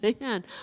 man